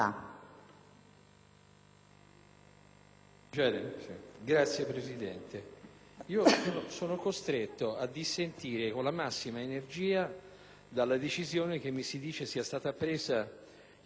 Signora Presidente, sono costretto a dissentire con la massima energia dalla decisione, che mi si dice sia stata presa nella